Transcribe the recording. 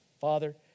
Father